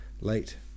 late